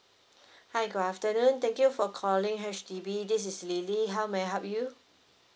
hi good afternoon thank you for calling H_D_B this is lily how may I help you